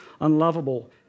unlovable